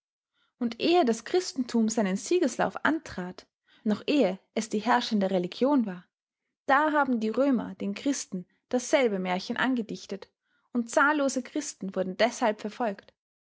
und ehe das christentum seinen siegeslauf antrat noch ehe es die herrschende religion war da haben die römer den christen dasselbe märchen angedichtet und zahllose christen wurden deshalb verfolgt